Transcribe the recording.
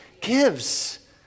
Gives